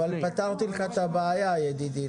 פתרתי לך את הבעיה, ידידי.